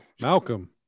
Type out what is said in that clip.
Malcolm